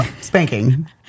spanking